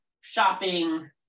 shopping